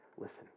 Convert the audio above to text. Listen